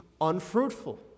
unfruitful